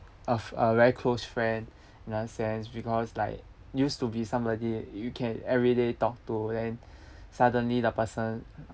of a very close friend in a sense because like used to be somebody you can every day talk to then suddenly the person